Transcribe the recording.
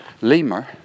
lemur